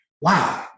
wow